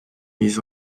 mis